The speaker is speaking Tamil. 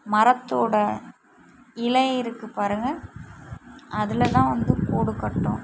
மரத்தோட இலை இருக்கு பாருங்கள் அதில் தான் வந்து கூடுக்கட்டும்